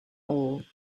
all